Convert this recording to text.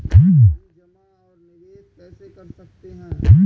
हम जमा और निवेश कैसे कर सकते हैं?